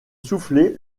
soufflet